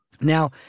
Now